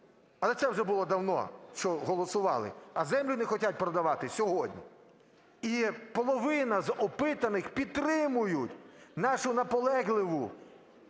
Але це вже було давно, що голосували. А землю не хочуть продавати сьогодні. І половина з опитаних підтримують нашу наполегливу